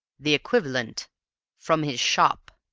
the equivalent from his shop.